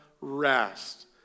rest